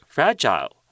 Fragile